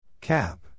Cap